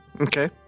Okay